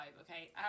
okay